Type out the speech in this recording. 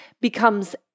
becomes